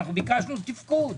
ביקשנו תפקוד.